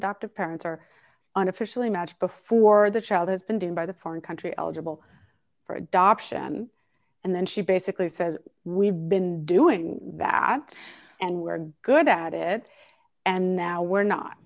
adoptive parents are on officially not before the child has been done by the foreign country eligible for adoption and then she basically says we've been doing that and we were good about it and now we're not